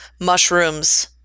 mushrooms